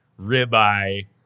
ribeye